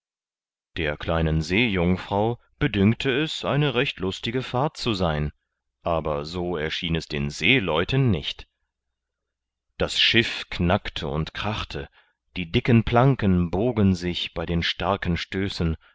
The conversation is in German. der kleinen seejungfrau bedünkte es eine recht lustige fahrt zu sein aber so erschien es den seeleuten nicht das schiff knackte und krachte die dicken planken bogen sich bei den starken stößen